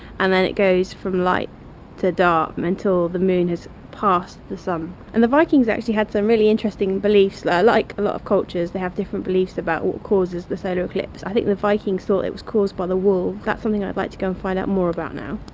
and then it goes from light to dark until the moon has passed the sun. and the vikings actually had some really interesting beliefs, like a lot of cultures that had different beliefs about what causes the solar eclipse. i think the vikings thought it was caused by the wolves. that's something i'd like to go and find out more about now.